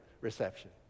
reception